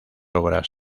obras